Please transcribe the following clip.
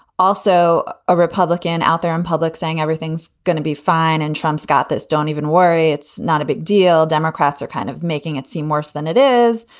also a republican out there in public saying everything's gonna be fine. and trump's got this. don't even worry. it's not a big deal. democrats are kind of making it seem worse than it is.